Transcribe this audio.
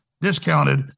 discounted